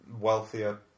wealthier